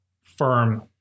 firm